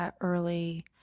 early